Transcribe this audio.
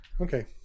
okay